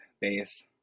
base